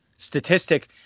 statistic